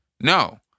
No